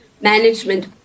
management